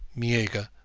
meagre,